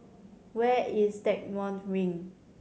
where is Stagmont Ring